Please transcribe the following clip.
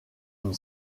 une